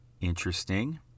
interesting